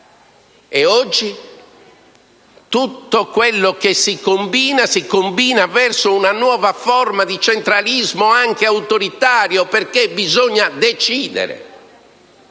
E oggi tutto quello che si combina, si combina verso una nuova forma di centralismo, anche autoritario. Bisogna infatti decidere;